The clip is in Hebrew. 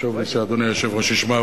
חשוב לי שאדוני היושב-ראש ישמע,